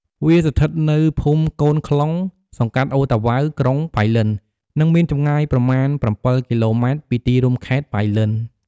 វាស្ថិតនៅភូមិកូនខ្លុង សង្កាត់ឣូរតាវ៉ៅ ក្រុងប៉ៃលិន និងមានចម្ងាយប្រមាណ ៧គីឡូម៉ែត្រ ពីទីរួមខេត្តប៉ៃលិន។